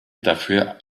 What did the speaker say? dafür